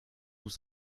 tout